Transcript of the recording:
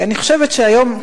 אני חושבת שהיום,